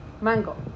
Mango